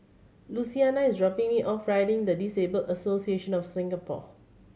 Luciana is dropping me off Riding the Disabled Association of Singapore